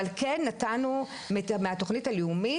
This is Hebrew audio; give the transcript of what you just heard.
אבל כן נתנו מהתוכנית הלאומית